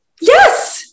Yes